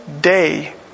day